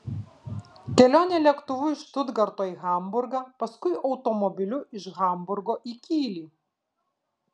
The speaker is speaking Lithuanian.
kelionė lėktuvu iš štutgarto į hamburgą paskui automobiliu iš hamburgo į kylį